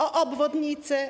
o obwodnice.